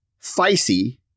feisty